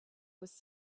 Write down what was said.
was